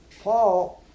Paul